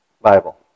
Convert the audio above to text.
Bible